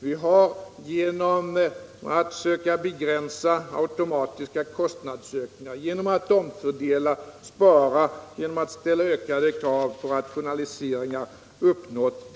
Vi har uppnått detta genom att söka begränsa automatiska kostnadsökningar, omfördela, spara och ställa skärpta krav på rationaliseringar.